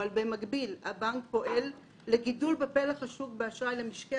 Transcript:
כאשר במקביל הבנק פועל לגידול בפלח השוק של האשראי למשקי